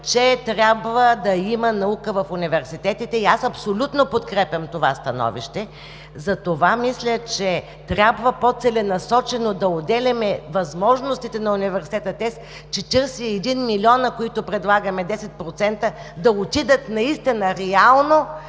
че трябва да има наука в университетите, и аз абсолютно подкрепям това становище. Затова мисля, че трябва по-целенасочено да отделяме възможностите на университета, тези 41 милиона, които предлагаме, 10% да отидат наистина реално